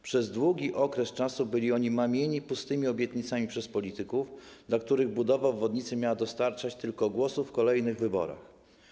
Przez długi czas byli oni mamieni pustymi obietnicami przez polityków, dla których budowa obwodnicy miała dostarczać tylko głosów w kolejnych wyborach.